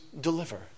deliver